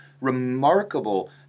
remarkable